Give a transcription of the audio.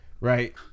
right